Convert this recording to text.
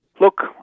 Look